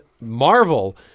Marvel